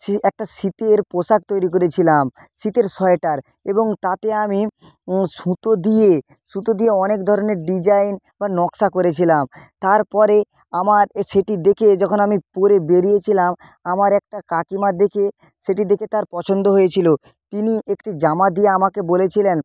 সে একটা শীতের পোশাক তৈরি করেছিলাম শীতের সোয়টার এবং তাতে আমি সুতো দিয়ে সুতো দিয়ে অনেক ধরনের ডিজাইন বা নকশা করেছিলাম তারপরে আমার এ সেটি দেখে যখন আমি পরে বেরিয়েছিলাম আমার একটা কাকিমার দেখে সেটি দেখে তার পছন্দ হয়েছিল তিনি একটি জামা দিয়ে আমাকে বলেছিলেন